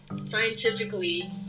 scientifically